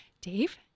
Dave